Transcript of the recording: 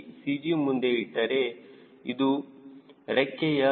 c CG ಮುಂದೆ ಇಟ್ಟರೆ ಅದು ರೆಕ್ಕೆಯ CmCL ನ ಅಸ್ಥಿರ ಮಾಡುತ್ತದೆ